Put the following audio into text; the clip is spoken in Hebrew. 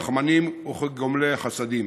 כרחמנים וכגומלי חסדים.